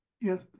Yes